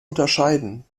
unterscheiden